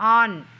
on